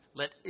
let